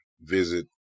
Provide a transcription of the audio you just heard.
visit